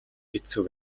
хэцүү